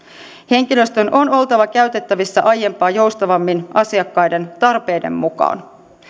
henkilöstön on oltava käytettävissä aiempaa joustavammin asiakkaiden tarpeiden mukaan